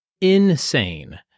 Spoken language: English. insane